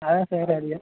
அதுதான் சார் அது எ